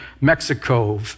Mexico